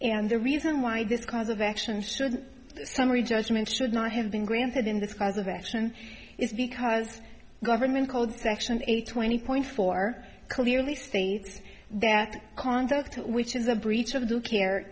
and the reason why this cause of action should summary judgment should not have been granted in this cause of action is because government called section eight twenty point four clearly states that conduct which is a breach of the care